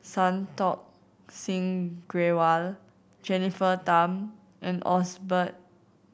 Santokh Singh Grewal Jennifer Tham and Osbert